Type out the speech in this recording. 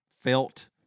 Felt